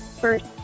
First